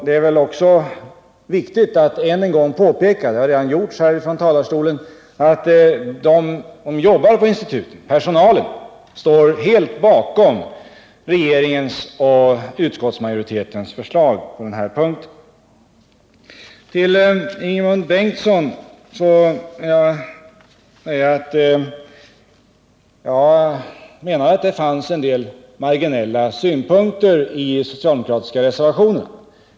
Det är också viktigt att än en gång påpeka, som det redan gjorts från denna talarstol, att personalen på instituten står bakom regeringens och utskottsmajoritetens förslag på den här punkten. Till Ingemund Bengtsson vill jag säga att jag menar att det fanns en del marginella synpunkter i de socialdemokratiska reservationerna.